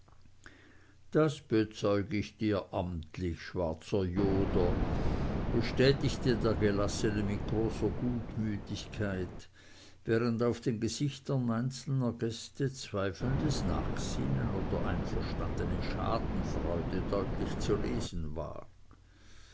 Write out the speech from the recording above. das bezeug ich dir amtlich schwarzer joder bestätigte der gelassene mir großer gutmütigkeit während auf den gesichtern einzelner gäste zweifelndes nachsinnen oder einverstandene schadenfreude deutlich zu lesen war